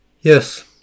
Yes